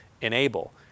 enable